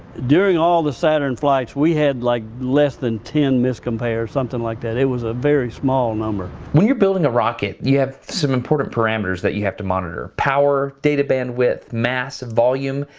during all the saturn flights, we had like, less than ten miscompares, something like that. it was a very small number. when you're building a rocket, you have some important parameters that you have to monitor. power, data bandwidth, mass, volume,